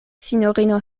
sinjorino